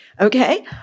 Okay